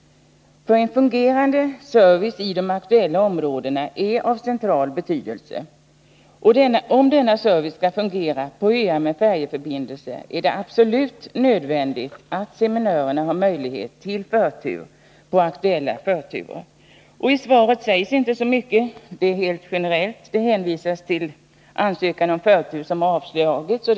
En fungerande service i de aktuella områdena är av central betydelse. Om denna service skall fungera på öar med färjeförbindelser är det absolut nödvändigt att seminörerna har möjlighet till förtur på aktuella färjor. I svaret sägs inte så mycket. Det är generellt hållet. Där hänvisas till en ansökan om förtur som har avslagits.